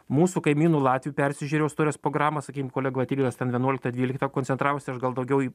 mūsų kaimynų latvių persižiūrėjau istorijos pogramą sakykim kolega vat ignas vienuoliktą dvyliktą koncentravosi aš gal daugiau į